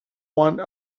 one